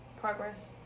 progress